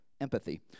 empathy